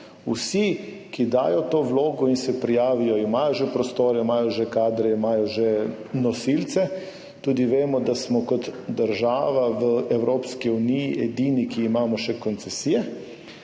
Vsi, ki dajo to vlogo in se prijavijo, imajo že prostore, imajo že kadre, imajo že nosilce, tudi vemo, da smo kot država v Evropski uniji edini, ki imamo še koncesije.